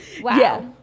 Wow